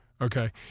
Okay